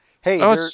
Hey